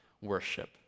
worship